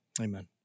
Amen